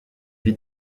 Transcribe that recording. vit